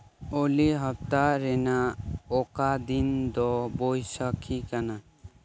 ᱚᱞᱤ ᱦᱟᱯᱛᱟ ᱨᱮᱱᱟᱜ ᱚᱠᱟ ᱫᱤᱱ ᱫᱚ ᱵᱳᱭᱥᱟᱠᱷᱤ ᱠᱟᱱᱟ